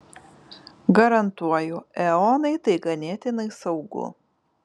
garantuoju eonai tai ganėtinai saugu